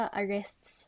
arrests